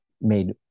made